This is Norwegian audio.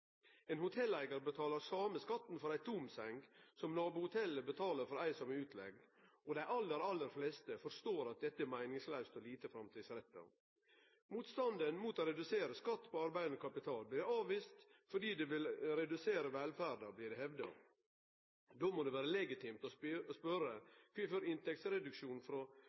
Ein hotelleigar betaler same skatten for ei tom seng som nabohotellet betaler for ei som er utleigd, og dei aller fleste forstår at det er meiningslaust og lite framtidsretta. Motstanden mot å redusere skatt på arbeidande kapital blir avvist fordi det vil redusere velferda, blir det hevda. Då må det vere legitimt å spørje kvifor inntektsreduksjonen frå